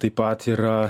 o taip pat yra